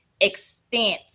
extent